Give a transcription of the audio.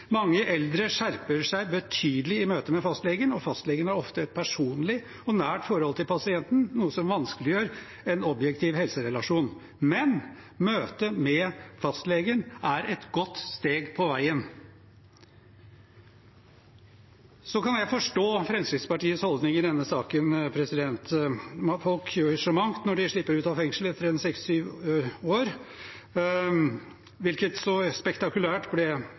Mange eldre skjerper seg betydelig i møte med fastlegen, og fastlegen har ofte et personlig og nært forhold til pasienten, noe som vanskeliggjør en objektiv helserelasjon, men møtet med fastlegen er et godt steg på veien. Jeg kan forstå Fremskrittspartiets holdning i denne saken. Folk gjør så mangt når de slipper ut av fengsel etter en seks–syv år, hvilket så spektakulært ble